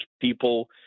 people